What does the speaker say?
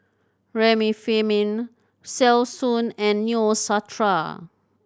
Remifemin Selsun and Neostrata